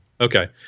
Okay